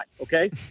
Okay